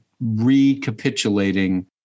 recapitulating